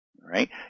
right